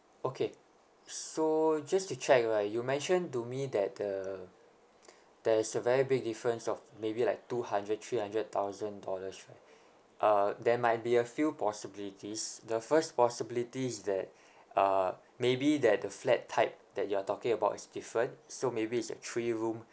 okay so just to check right you mentioned to me that uh there's a very big difference of maybe like two hundred three hundred thousand dollars right uh there might be a few possibilities the first possibility is that uh maybe that the flat type that you're talking about is different so maybe it's like three room